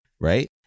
right